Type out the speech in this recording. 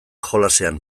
jolasean